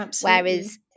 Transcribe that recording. whereas